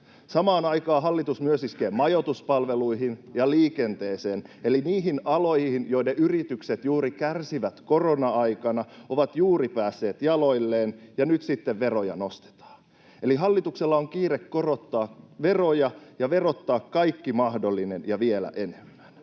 Samaan aikaan hallitus myös iskee majoituspalveluihin ja liikenteeseen, eli niihin aloihin, joiden yritykset juuri kärsivät korona-aikana ja ovat juuri päässeet jaloilleen — ja nyt sitten veroja nostetaan. Eli hallituksella on kiire korottaa veroja ja verottaa kaikki mahdollinen ja vielä enemmän.